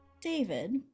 david